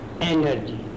energy